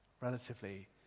relatively